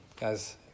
guys